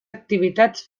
activitats